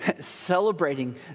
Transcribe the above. celebrating